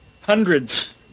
Hundreds